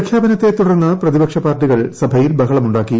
പ്രഖ്യാപനത്തെ തുടർന്ന് പ്രതിപക്ഷ പാർട്ടികൾ സഭയിൽ ബഹളമുണ്ടാക്കി